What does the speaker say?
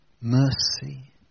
mercy